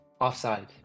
Offside